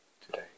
today